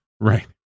right